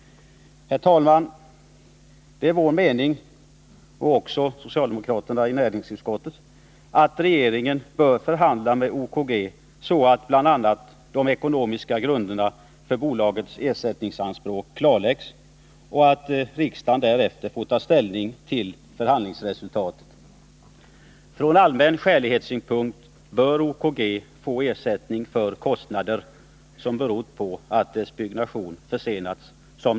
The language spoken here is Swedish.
Herr talman! Det är vår mening, och även socialdemokraternas mening i näringsutskottet, att regeringen bör förhandla med OKG så att bl.a. de ekonomiska grunderna för bolagets ersättningsanspråk klarläggs och att riksdagen därefter får ta ställning till förhandlingsresultatet. Från allmän skälighetssynpunkt bör OKG få ersättning för kostnader som beror på att dess byggnation försenas.